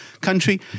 country